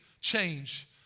change